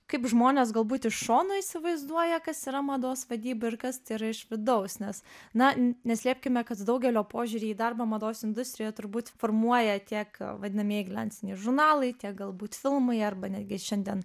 kaip žmonės galbūt iš šono įsivaizduoja kas yra mados vadyba ir kas tai yra iš vidaus nes na neslėpkime kad daugelio požiūrį į darbą mados industriją turbūt formuoja tiek vadinamieji glensiniai žurnalai tiek galbūt filmai arba netgi šiandien